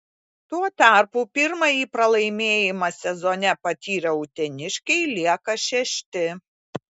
tuo tarpu pirmąjį pralaimėjimą sezone patyrę uteniškiai lieka šešti